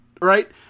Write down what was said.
right